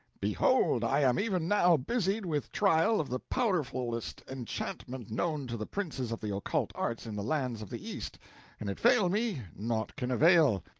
behold, i am even now busied with trial of the powerfulest enchantment known to the princes of the occult arts in the lands of the east an it fail me, naught can avail.